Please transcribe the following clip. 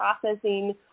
processing